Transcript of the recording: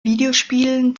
videospielen